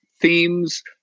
themes